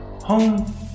home